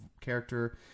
character